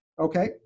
Okay